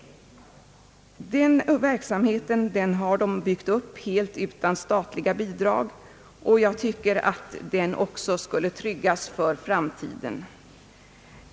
Denna verksamhet har byggts upp helt utan statliga bidrag, och jag tycker att den också skulle tryggas för framtiden.